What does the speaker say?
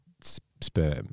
sperm